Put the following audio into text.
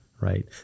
right